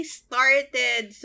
started